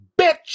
bitch